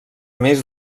més